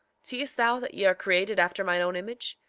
seest thou that ye are created after mine own image?